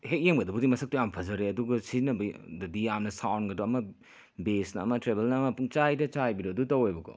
ꯍꯦꯛ ꯌꯦꯡꯕꯗꯕꯨꯗꯤ ꯃꯁꯛꯇꯣ ꯌꯥꯝ ꯐꯖꯔꯦ ꯑꯗꯨꯒ ꯁꯤꯖꯤꯟꯅꯕꯗꯗꯤ ꯌꯥꯝꯅ ꯁꯥꯎꯟꯗꯒꯗꯣ ꯑꯃ ꯕꯦꯁꯅ ꯑꯃ ꯇ꯭ꯔꯦꯚꯦꯜꯅ ꯑꯃ ꯄꯨꯡꯆꯥꯏꯗ ꯆꯥꯏꯕꯤꯗꯣ ꯑꯗꯨ ꯇꯧꯋꯦꯕꯀꯣ